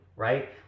Right